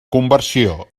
conversió